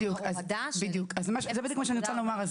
בדיוק, אז זה בדיוק מה שאני רוצה לומר.